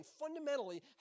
fundamentally